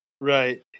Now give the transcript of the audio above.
Right